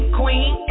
queen